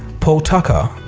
paul tucker,